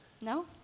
No